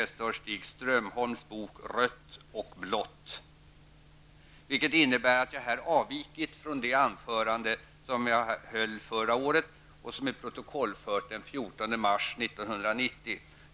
Stig Strömholms bok Rött och Blått, vilket innebär att jag här avvikit från det anförande som jag höll förra året och som är protokollfört den 14 mars 1990.